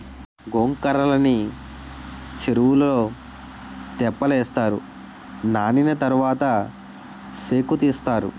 గొంకర్రలని సెరువులో తెప్పలేస్తారు నానిన తరవాత సేకుతీస్తారు